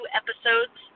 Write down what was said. episodes